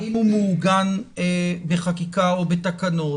האם הוא מעוגן בחקיקה או בתקנות?